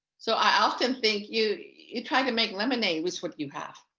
so i often think you you try to make lemonade with what you have.